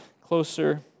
Closer